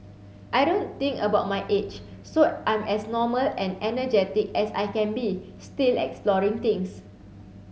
I don't think about my age so I'm as normal and energetic as I can be still exploring things